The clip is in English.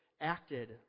acted